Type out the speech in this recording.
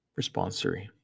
Responsory